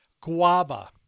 guava